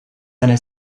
and